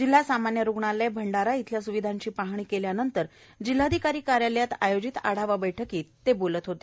जिल्हा सामान्या रूग्णालय भंडारा येथील सुविधांची पाहणी केल्यानंतर जिल्हाधिकारी कार्यालयात आयोजित आढावा बैठकीत ते बोलत होते